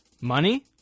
Money